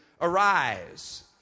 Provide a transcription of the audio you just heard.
Arise